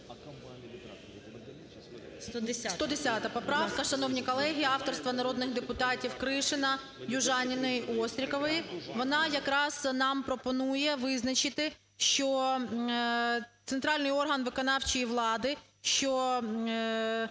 110 поправка, шановні колеги, авторства народних депутатів Кришина, Южаніної, Острікової, вона якраз нам пропонує визначити, що "центральний орган виконавчої влади, що